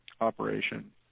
operation